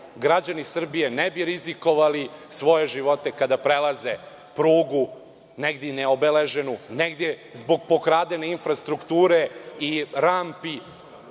građani Srbije ne bi rizikovali svoje živote kada prelaze prugu, negde neobeleženu, negde zbog pokradene infrastrukture i rampi,